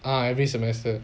uh every semester